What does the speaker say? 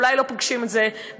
אולי לא פוגשים את זה ביום-יום,